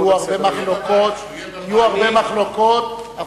יהיו הרבה מחלוקות,